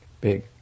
big